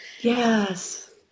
Yes